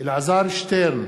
אלעזר שטרן,